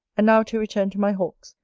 and now to return to my hawks,